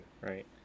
right